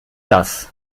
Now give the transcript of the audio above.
das